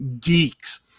geeks